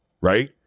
right